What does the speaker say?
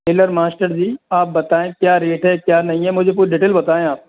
Taylor master ji आप बताएं क्या रेट है क्या नहीं है मुझे पूरी डिटेल बताएं आप